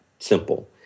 Simple